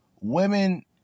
Women